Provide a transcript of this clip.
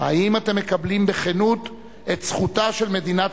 האם אתם מקבלים בכנות את זכותה של מדינת